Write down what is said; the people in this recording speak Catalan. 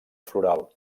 floral